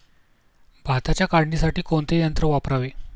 भाताच्या काढणीसाठी कोणते यंत्र वापरावे?